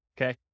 okay